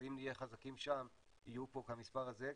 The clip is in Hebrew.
אז אם נהיה חזקים שם יהיו פה כמספר הזה.